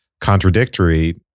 contradictory